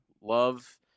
love